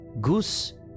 Goose